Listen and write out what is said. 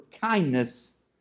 kindness